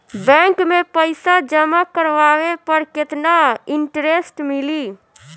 Bank में पईसा जमा करवाये पर केतना इन्टरेस्ट मिली?